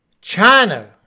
China